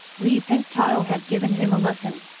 li pengtao had given him a lesson.